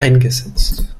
eingesetzt